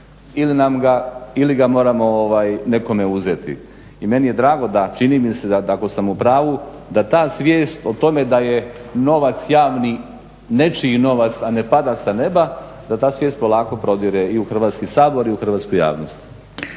ili ga moramo nekome uzeti. I meni je drago da, čini mi se da ako sam u pravu, da ta svijest o tome da je novac javni nečiji novac, a ne pada sa neba da ta svijest polako prodire i u Hrvatski sabor i u hrvatsku javnost.